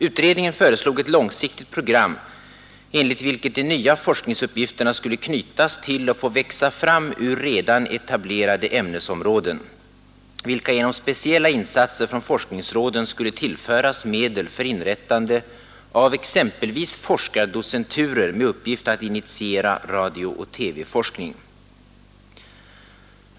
Utredningen föreslog ett långsiktigt program enligt vilket de nya forskningsuppgifterna skulle knytas till och få växa fram ur redan etablerade ämnesområden, vilka genom speciella insatser från forskningsråden skulle tillföras medel för inrättande av exempelvis forskardocenturer med uppgift att initiera radio/TV-forskning.